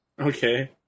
Okay